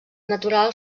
natural